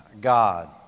God